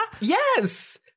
yes